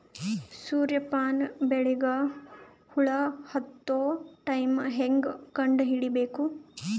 ಸೂರ್ಯ ಪಾನ ಬೆಳಿಗ ಹುಳ ಹತ್ತೊ ಟೈಮ ಹೇಂಗ ಕಂಡ ಹಿಡಿಯಬೇಕು?